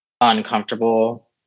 uncomfortable